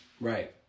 Right